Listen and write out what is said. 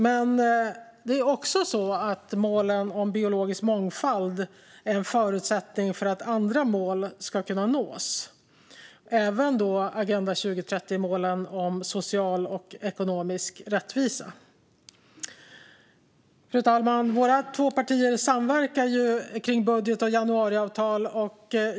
Men det är också så att målen om biologisk mångfald är en förutsättning för att andra mål ska kunna nås, även Agenda 2030-målen om social och ekonomisk rättvisa. Fru talman! Våra två partier samverkar ju om budget och januariavtal.